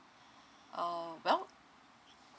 oh okay